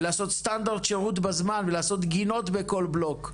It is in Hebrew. ולעשות סטנדרט שירות בזמן ולעשות גינות בכל בלוק.